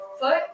foot